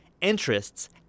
interests